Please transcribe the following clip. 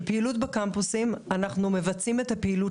בפעילות בקמפוסים אנחנו מבצעים את הפעילות